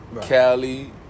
Cali